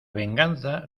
venganza